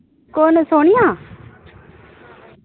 कौन सोनिया